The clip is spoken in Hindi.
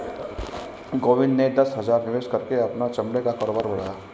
गोविंद ने दस हजार निवेश करके अपना चमड़े का कारोबार बढ़ाया